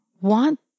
want